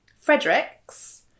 Frederick's